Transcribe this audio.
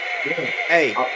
Hey